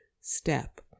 step